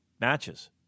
matches